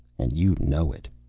and you know it.